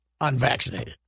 unvaccinated